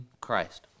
Christ